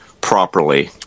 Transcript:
properly